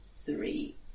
Three